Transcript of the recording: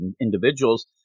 individuals